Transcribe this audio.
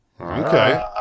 Okay